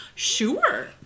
Sure